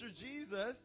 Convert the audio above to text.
Jesus